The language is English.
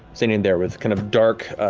standing there, with kind of dark,